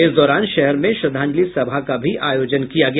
इस दौरान शहर में श्रद्धांजलि सभा का भी आयोजन किया गया